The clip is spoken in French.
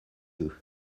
eux